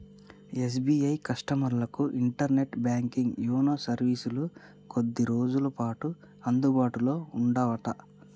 SBI కస్టమర్లకు internet banking YONO సర్వీసులు కొద్ది రోజులపాటు అందుబాటులో ఉండవట